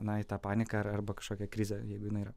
na į tą paniką ar arba kažkokią krizę jeigu jinai yra